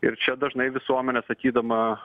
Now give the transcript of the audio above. ir čia dažnai visuomenė sakydama